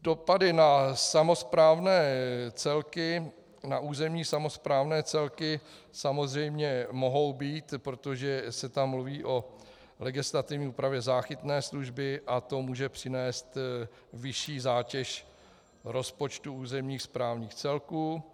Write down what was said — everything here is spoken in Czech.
Dopady na územní samosprávné celky samozřejmě mohou být, protože se tam mluví o legislativní úpravě záchytné služby a to může přinést vyšší zátěž rozpočtu územních správních celků.